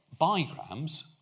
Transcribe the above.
bigrams